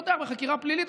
הפצ"ר פותח בחקירה פלילית.